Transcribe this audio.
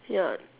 ya